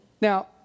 Now